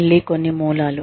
మళ్ళీ కొన్ని మూలాలు